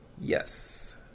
Yes